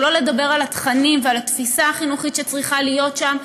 שלא לדבר על התכנים ועל התפיסה החינוכית שצריכה להיות שם.